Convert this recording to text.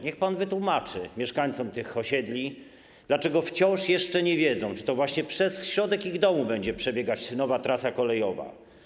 Niech pan wytłumaczy mieszkańcom tych osiedli, dlaczego wciąż jeszcze nie wiedzą, czy to właśnie przez środek ich domu będzie przebiegać nowa trasa kolejowa.